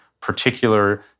particular